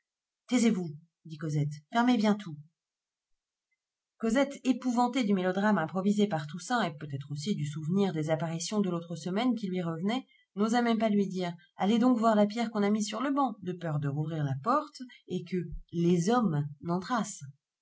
dit cosette fermez bien tout cosette épouvantée du mélodrame improvisé par toussaint et peut-être aussi du souvenir des apparitions de l'autre semaine qui lui revenaient n'osa même pas lui dire allez donc voir la pierre qu'on a mise sur le banc de peur de rouvrir la porte du jardin et que les hommes